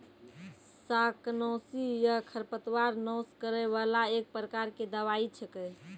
शाकनाशी या खरपतवार नाश करै वाला एक प्रकार के दवाई छेकै